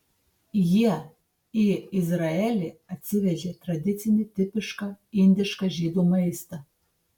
jie į izraelį atsivežė tradicinį tipišką indišką žydų maistą